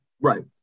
Right